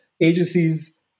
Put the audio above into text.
agencies